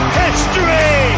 history